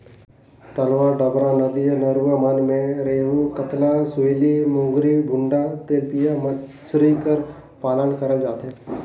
तलवा डबरा, नदिया नरूवा मन में रेहू, कतला, सूइली, मोंगरी, भुंडा, तेलपिया मछरी कर पालन करल जाथे